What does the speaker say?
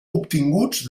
obtinguts